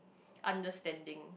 understanding